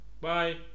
Bye